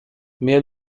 mehr